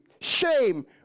shame